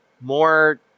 more